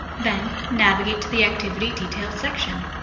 then, navigate to the activity details section.